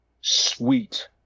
Sweet